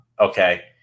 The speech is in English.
Okay